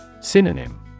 Synonym